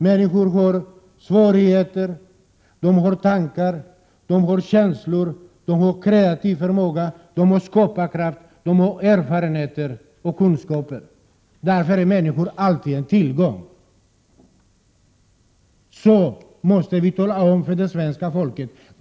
Människor har svårigheter, tankar, känslor, kreativ förmåga och skaparkraft, erfarenheter och kunskaper. Därför är människor alltid en tillgång. Det måste vi säga till svenska folket.